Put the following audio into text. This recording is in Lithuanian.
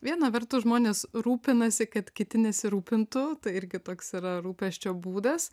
viena vertus žmonės rūpinasi kad kiti nesirūpintų tai irgi toks yra rūpesčio būdas